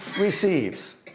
receives